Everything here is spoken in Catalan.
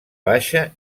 baixa